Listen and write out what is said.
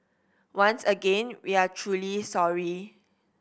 once again we are truly sorry